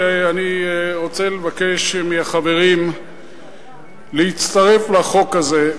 ואני רוצה לבקש מהחברים להצטרף לחוק הזה.